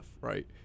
right